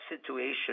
situation